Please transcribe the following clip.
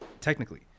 Technically